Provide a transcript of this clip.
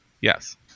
Yes